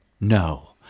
no